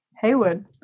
Haywood